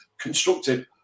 constructive